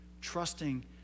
trusting